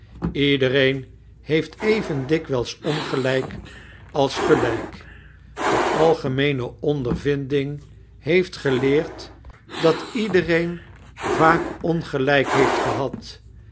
iedeneeai heeft etveia ddkwijls ongelijk als gelijk de algemeene ondeirvinding heeft geileerd dat iedereen vaak ongelijk heeft gehad